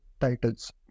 titles